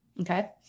Okay